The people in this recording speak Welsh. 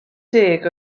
deg